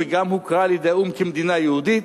וגם הוכרה על-ידי האו"ם כמדינה יהודית,